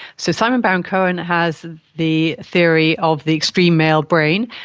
so simon baron-cohen has the theory of the extreme male brain,